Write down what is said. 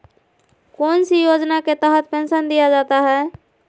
कौन सी योजना के तहत पेंसन दिया जाता है?